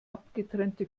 abgetrennte